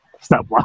stop